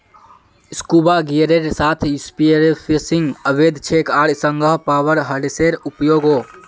scuba गियरेर साथ spearfishing अवैध छेक आर संगह पावर हेड्सेर उपयोगो